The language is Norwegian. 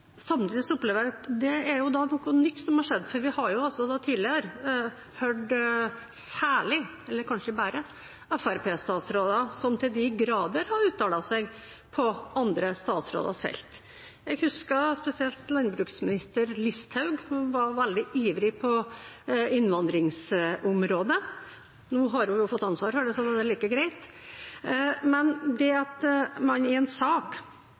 er noe nytt som har skjedd, for vi har jo altså tidligere hørt – særlig, eller kanskje bare – Fremskrittsparti-statsråder som til de grader har uttalt seg på andre statsråders felt. Jeg husker spesielt landbruksminister Listhaug, som var veldig ivrig på innvandringsområdet. Nå har hun fått ansvaret for det, så det er like greit. Men at ansvarlig statsråd i en sak